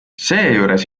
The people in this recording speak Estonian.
seejuures